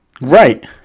Right